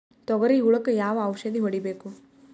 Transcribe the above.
ತೊಗರಿ ಹುಳಕ ಯಾವ ಔಷಧಿ ಹೋಡಿಬೇಕು?